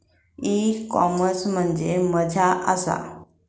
E commerce म्हणजे मझ्या आसा?